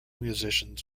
musicians